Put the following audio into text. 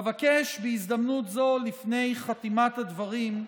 אבקש בהזדמנות זו, לפני חתימת הדברים,